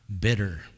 bitter